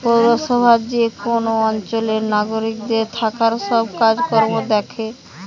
পৌরসভা যে কোন অঞ্চলের নাগরিকদের থাকার সব কাজ কর্ম দ্যাখে